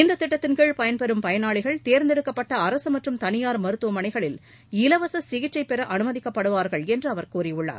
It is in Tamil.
இந்த திட்டத்தின் கீழ் பயன்பெறும் பயனாளிகள் தேர்ந்தெடுக்கப்பட்ட அரசு மற்றும் தனியார் மருத்துவமனைகளில் இலவச சிகிச்சை பெற அனுமதிக்கப்படுவார்கள் என்று அவர் கூறியுள்ளார்